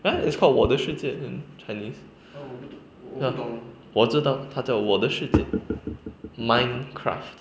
!huh! it's call 我的世界 in chinese ya 我知道他叫我的世界 minecraft